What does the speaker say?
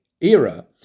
era